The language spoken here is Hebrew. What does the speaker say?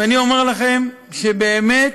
ואני אומר לכם שבאמת,